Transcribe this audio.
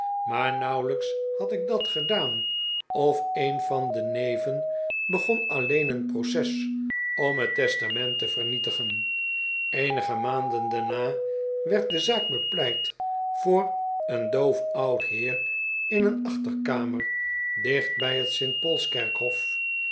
maar nauwelijks had ik dat gedaan of een van de neven begon alleen een proces om het testament te vernietigen eenige maanden daarna werd de zaak bepl'eit voor een doof oud heer in een achterkamer dieht bij het